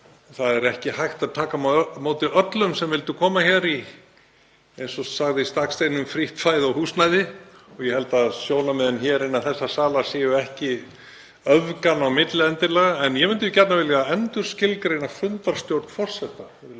Það er ekki hægt að taka á móti öllum sem vildu koma hér, eins og sagði í Staksteinum, í frítt fæði og húsnæði, og ég held að sjónarmiðin hér innan þessa salar séu ekki öfganna á milli endilega. En ég myndi gjarnan vilja endurskilgreina fundarstjórn forseta,